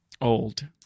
Old